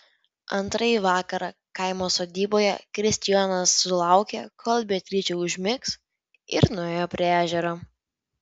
antrąjį vakarą kaimo sodyboje kristijonas sulaukė kol beatričė užmigs ir nuėjo prie ežero